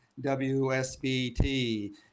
WSBT